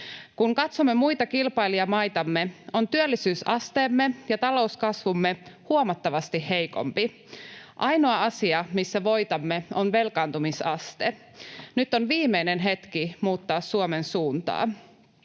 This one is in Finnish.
Kun katsomme muita kilpailijamaitamme, on työllisyysasteemme ja talouskasvumme huomattavasti heikompi. Ainoa asia, missä voitamme, on velkaantumisaste. Nyt on viimeinen hetki muuttaa Suomen suuntaa.